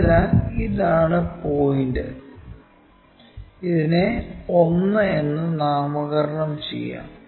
അതിനാൽ ഇതാണ് പോയിന്റ് ഇതിനെ 1 എന്ന് നാമകരണം ചെയ്യാം